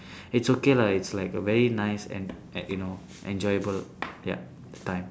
it's okay lah it's like a very nice and and you know enjoyable ya time